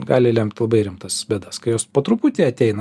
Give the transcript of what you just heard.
gali lemt labai rimtas bėdas kai jos po truputį ateina